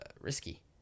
risky